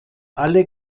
alle